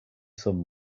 some